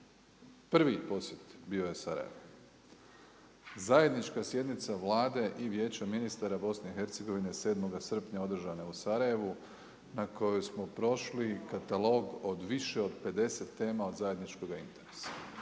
Prvi posjet bio je Sarajevu, zajednička sjednica Vlade i Vijeća ministara BiH 7. srpnja održane u Sarajevu na kojoj smo prošli katalog od više od 50 tema od zajedničkog interesa.